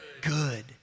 Good